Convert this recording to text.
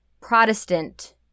Protestant